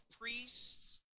priests